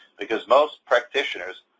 because most practitioners,